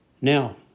Now